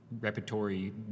repertory